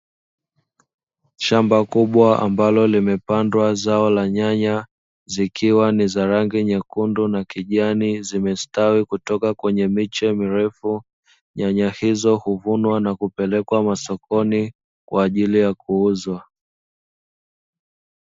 Shamba kubwa ambalo limepandwa zao la nyanya zikiwa ni za rangi nyekundu na kijani zimestawi kutoka kwenye miche mirefu, nyanya hizo huvunwa na kupelekwa masokoni kwa ajili ya kuuzwa.